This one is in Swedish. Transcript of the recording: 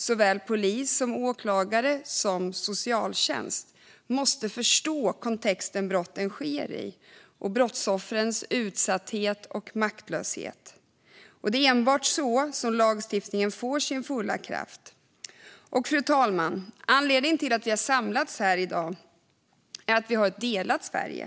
Såväl polis som åklagare och socialtjänst måste förstå den kontext brotten sker i liksom brottsoffrens utsatthet och maktlöshet. Det är enbart så som lagstiftningen får sin fulla kraft. Fru talman! Anledningen till att vi har samlats här i dag är att vi har ett delat Sverige.